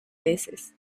veces